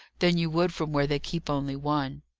than you would from where they keep only one.